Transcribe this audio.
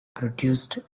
produced